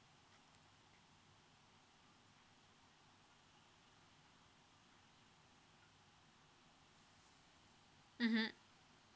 mmhmm